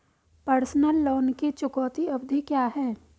Personal loan की चुकौती अवधि क्या है?